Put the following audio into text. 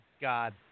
God